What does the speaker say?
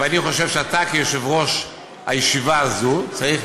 ואני חושב שאתה כיושב-ראש הישיבה הזו צריך